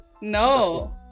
No